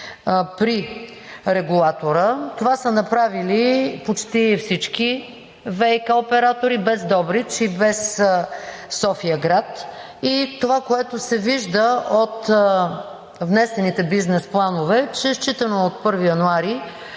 при регулатора. Това са направили почти всички ВиК оператори, без Добрич и без София-град. Това, което се вижда от внесените бизнес планове, е, че, считано от 1 януари,